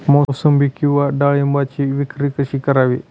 मोसंबी किंवा डाळिंबाची विक्री कशी करावी?